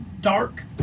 dark